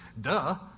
Duh